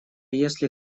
если